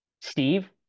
Steve